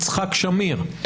יצחק שמיר.